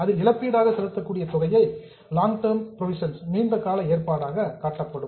இதில் இழப்பீடாக செலுத்தக்கூடிய தொகையை லாங் டெர்ம் புரோவிஷன்ஸ் நீண்டகால ஏற்பாடாக காட்டப்படும்